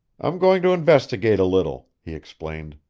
i'm going to investigate a little, he explained.